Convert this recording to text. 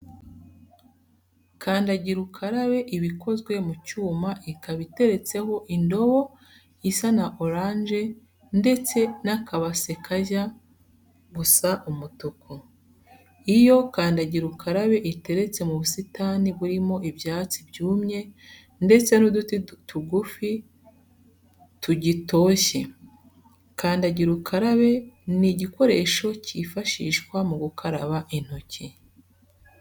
Kandagira ukarabe iba ikozwe mu cyuma ikaba iteretseho indobo isa na oranje ndetse n'akabase kajya gusa umutuku. Iyo kandagira ukarabe iteretse mu busitani burimo ibyatsi byumye ndetse n'uduti tugufi tugitoshye. Kandagira ukarabe ni igikoresho cyifashishwa mu gukaraba intoki.